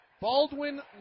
Baldwin